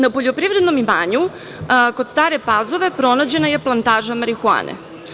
Na poljoprivrednom imanju kod Stare Pazove pronađena plantaža marihuane.